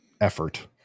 effort